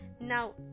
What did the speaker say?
Now